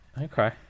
Okay